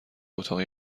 اتاق